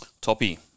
Toppy